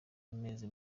amezi